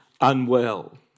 unwell